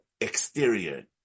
exterior